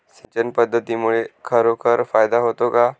सिंचन पद्धतीमुळे खरोखर फायदा होतो का?